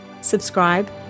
subscribe